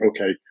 okay